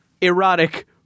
Erotic